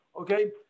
Okay